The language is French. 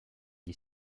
est